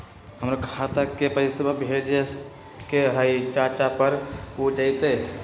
हमरा खाता के पईसा भेजेए के हई चाचा पर ऊ जाएत?